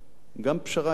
גם פשרה אפשרית